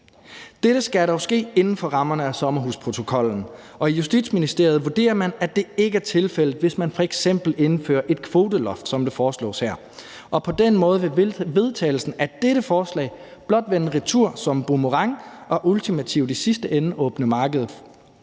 Dette skal dog ske inden for rammerne af sommerhusprotokollen, og i Justitsministeriet vurderer man, at det ikke er tilfældet, hvis man f.eks. indfører et kvoteloft, som det foreslås her. Og på den måde vil vedtagelsen af dette forslag blot vende retur som en boomerang og i sidste ende åbne markedet